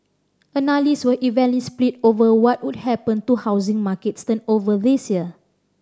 analyst were evenly split over what would happen to housing markets turnover this year